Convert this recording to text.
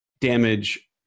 damage